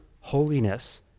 holiness